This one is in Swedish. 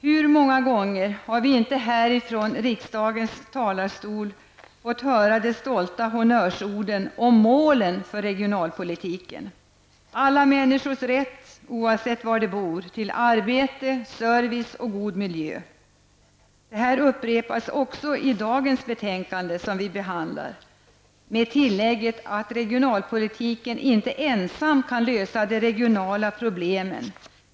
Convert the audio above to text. Hur många gånger har vi inte här från riksdagens talarstol fått höra de stolta honnörsorden om målen för regionalpolitiken: alla människors rätt -- oavsett var de bor -- till arbete, service och god miljö. Det här upprepas också i dagens betänkande med tillägget att regionalpolitiken inte ensam kan lösa de regionala problemen.